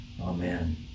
Amen